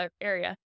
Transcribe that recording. area